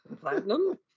platinum